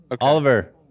Oliver